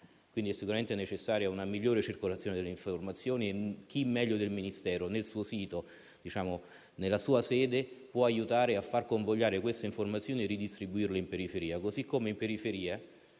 andare. È sicuramente necessaria una migliore circolazione delle informazioni e chi meglio del Ministero, nel suo sito e nella sua sede, può aiutare a farle convogliare e ridistribuirle in periferia? Allo stesso modo, in periferia